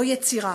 לא יצירה,